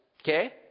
Okay